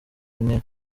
guinea